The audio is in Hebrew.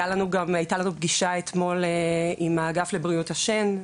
הייתה לנו אתמול פגישה עם האגף לבריאות השן,